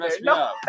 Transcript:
No